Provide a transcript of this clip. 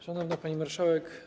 Szanowna Pani Marszałek!